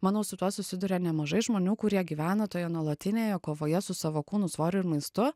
manau su tuo susiduria nemažai žmonių kurie gyvena toje nuolatinėje kovoje su savo kūnu svoriu ir maistu